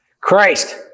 Christ